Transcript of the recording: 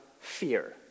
fear